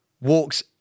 walks